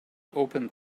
opened